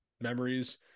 memories